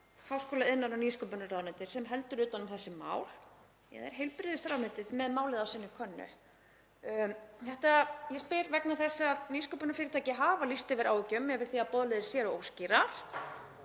háskóla-, iðnaðar- og nýsköpunarráðuneytis sem heldur utan um þessi mál eða er heilbrigðisráðuneytið með málið á sinni könnu? Ég spyr vegna þess að nýsköpunarfyrirtæki hafa lýst yfir áhyggjum yfir því að boðleiðir séu óskýrar,